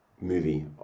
movie